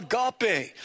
agape